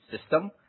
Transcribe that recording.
system